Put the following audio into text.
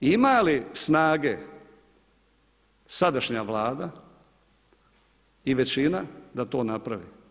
Ima li snage sadašnja Vlada i većina da to napravi.